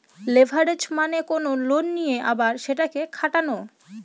leverage মানে কোনো loan নিয়ে আবার সেটাকে খাটানো